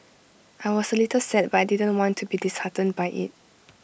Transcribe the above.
I was A little sad but I didn't want to be disheartened by IT